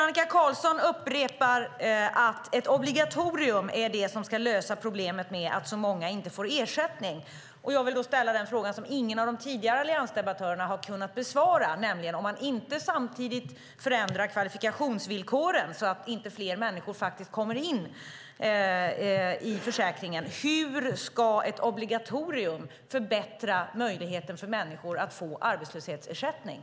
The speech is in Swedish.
Annika Qarlsson upprepar att ett obligatorium ska lösa problemet med att så många inte får ersättning. Jag vill då ställa den fråga som ingen av de tidigare alliansdebattörerna har kunnat besvara. Om man inte samtidigt förändrar kvalifikationsvillkoren så att fler människor faktiskt kommer in i försäkringen, hur ska ett obligatorium förbättra möjligheten för människor att få arbetslöshetsersättning?